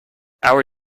our